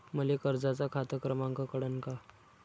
मले कर्जाचा खात क्रमांक कळन का?